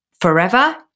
forever